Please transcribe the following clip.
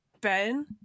Ben